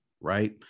right